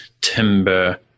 timber